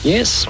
Yes